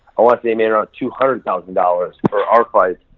i want to say man around two hundred thousand dollars, for our fight,